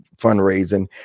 fundraising